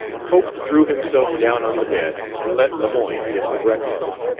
cope threw himself down on the bed and let lemoyne get the breakfast.